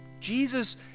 Jesus